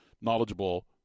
knowledgeable